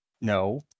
No